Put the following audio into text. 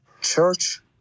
church